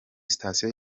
sitasiyo